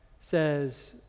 says